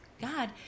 God